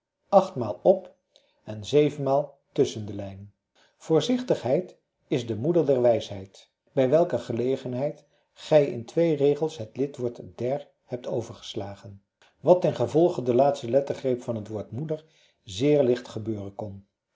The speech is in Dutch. achtmaal op en zevenmaal tusschen de lijn voorzichtigheid is de moeder der wijsheid bij welke gelegenheid gij in twee regels het lidwoord der hebt overgeslagen wat tengevolge van de laatste lettergreep van het woord moeder zeer licht gebeuren kon